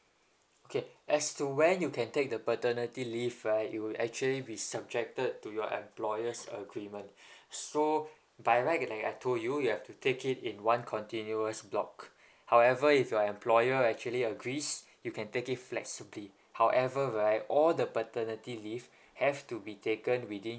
okay as to when you can take the paternity leave right you will actually be subjected to your employers agreement so by right like I told you you have to take it in one continuous block however if your employer actually agrees you can take it flexibly however right all the paternity leave have to be taken within